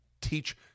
Teach